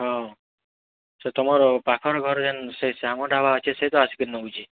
ହଁ ସେ ତମର୍ ପାଖର୍ ଘରେ ଯେନ୍ ସେ ଶ୍ୟାମ ଢାବା ଅଛେ ସେ ତ ଆସିକିରି ନେଉଛେ